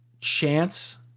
chance